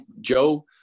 Joe